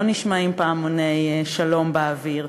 לא נשמעים פעמוני שלום באוויר,